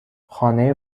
خانه